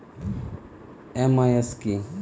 MIS কি?